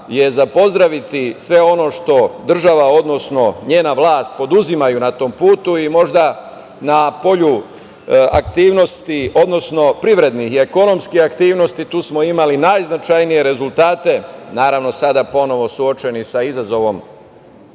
je za pozdraviti sve ono što država, odnosno njena vlast poduzimaju na tom putu i možda na polju aktivnosti, odnosno privrednih i ekonomskih aktivnosti smo imali najznačajnije rezultate, naravno sada ponovo suočeni sa izazovom